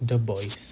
the boys